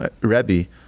Rebbe